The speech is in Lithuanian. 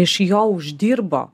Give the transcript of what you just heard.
iš jo uždirbo